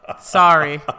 sorry